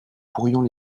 pourrions